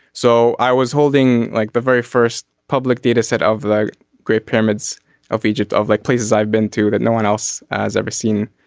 so i was holding like the very first public data set of the great pyramids of egypt of like places i've been through that no one else has ever seen.